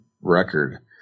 record